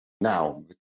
Now